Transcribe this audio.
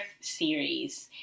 series